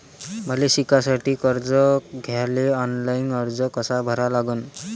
मले शिकासाठी कर्ज घ्याले ऑनलाईन अर्ज कसा भरा लागन?